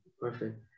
Perfect